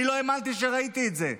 אני לא האמנתי כשראיתי את זה.